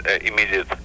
immediate